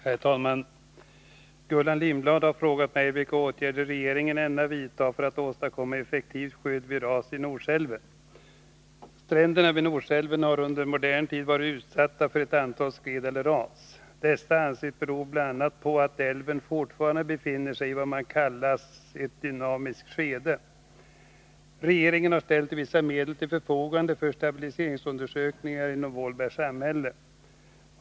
Herr talman! Gullan Lindblad har frågat mig vilka åtgärder regeringen ämnar vidta för att åstadkomma effektivt skydd mot ras vid Norsälven. Stränderna vid Norsälven har under modern tid varit utsatta för ett antal skred eller ras. Detta anses bero bl.a. på att älven fortfarande befinner sig i vad som kan kallas ett dynamiskt skede. Regeringen har ställt vissa medel till förfogande för stabilitetsundersökningar inom Vålbergs samhälle.